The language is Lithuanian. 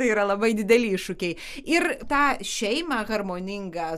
tai yra labai dideli iššūkiai ir tą šeimą harmoningą